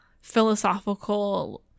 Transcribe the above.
philosophical